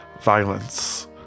violence